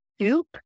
soup